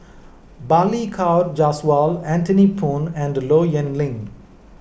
Balli Kaur Jaswal Anthony Poon and Low Yen Ling